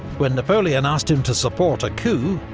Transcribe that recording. when napoleon asked him to support a coup,